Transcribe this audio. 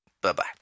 Bye-bye